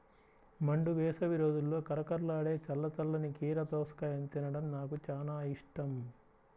మండు వేసవి రోజుల్లో కరకరలాడే చల్ల చల్లని కీర దోసకాయను తినడం నాకు చాలా ఇష్టం